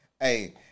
hey